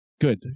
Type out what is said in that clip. Good